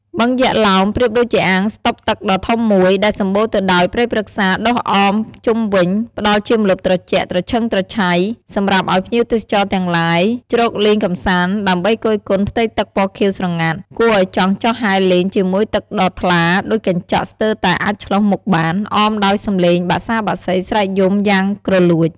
បឹងយក្សឡោម ប្រៀបដូចជាអាងស្តុបទឹកដ៏ធំមួយ ដែលសម្បូរទៅដោយព្រៃព្រឹក្សាដុះអមជុំវិញ ផ្តល់ជាម្លប់ត្រជាក់ត្រឈឹងត្រឈៃ សម្រាប់ឱ្យភ្ញៀវទេសចរទាំងឡាយ ជ្រកលេងកម្សាន្ត ដើម្បីគយគន់ផ្ទៃទឹកពណ៌ខៀវស្រងាត់ គួរឱ្យចង់ចុះហែលលេងជាមួយទឹកដ៏ថ្លាដូចកញ្ចក់ស្ទើរតែ អាចឆ្លុះមុខបាន អមដោយសំឡេងបក្សាបក្សីស្រែកយំយ៉ាងគ្រលួច ។